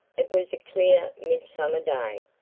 it was a clear midsummer day,